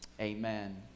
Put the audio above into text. Amen